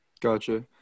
gotcha